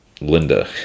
Linda